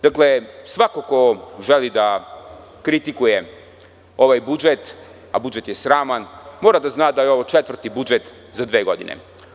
Dakle, svako ko želi da kritikuje ovaj budžet, a budžet je sraman, mora da zna da je ovo četvrti budžet za dve godine.